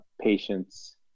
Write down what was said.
patients